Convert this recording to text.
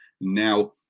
now